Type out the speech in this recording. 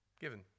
Given